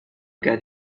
get